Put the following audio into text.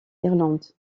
irlande